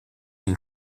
une